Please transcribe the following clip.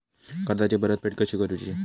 कर्जाची परतफेड कशी करुची?